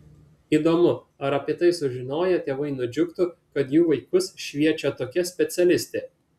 įdomu ar apie tai sužinoję tėvai nudžiugtų kad jų vaikus šviečia tokia specialistė